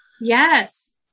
yes